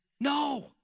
No